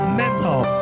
mental